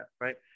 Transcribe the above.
right